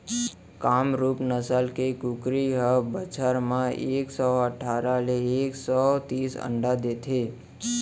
कामरूप नसल के कुकरी ह बछर म एक सौ अठारा ले एक सौ तीस अंडा देथे